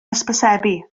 hysbysebu